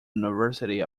university